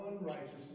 unrighteousness